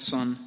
Son